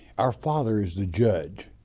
our father is the judge.